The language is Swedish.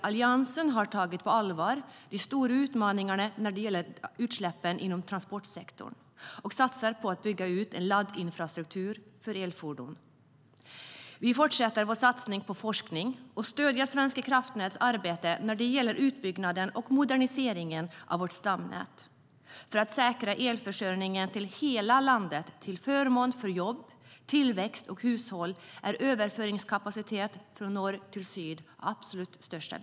Alliansen har tagit de stora utmaningarna när det gäller utsläppen inom transportsektorn på allvar och satsar på att bygga ut en laddinfrastruktur för elfordon. Vi fortsätter vår satsning på forskning och stöder Svenska kraftnäts arbete med utbyggnaden och moderniseringen av vårt stamnät. För att säkra elförsörjningen i hela landet till förmån för jobb, tillväxt och hushåll är överföringskapaciteten från norr till syd absolut av största vikt.